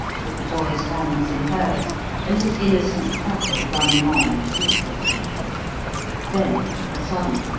with the boy's hands in hers and his innocent prattle running on ceaselessly then, of a sudden,